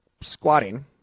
squatting